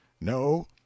No